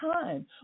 time